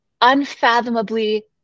unfathomably